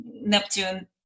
Neptune